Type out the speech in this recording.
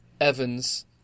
Evans